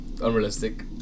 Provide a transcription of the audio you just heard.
Unrealistic